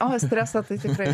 o stresą tai tikrai